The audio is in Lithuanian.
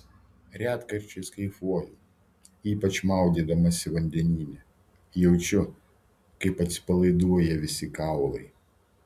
retkarčiais kaifuoju ypač maudydamasi vandenyne jaučiu kaip atsipalaiduoja visi kaulai